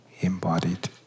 Embodied